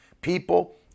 People